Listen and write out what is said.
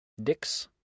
Dix